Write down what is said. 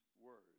words